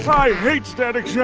i hate static shock.